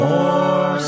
More